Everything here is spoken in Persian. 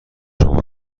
شما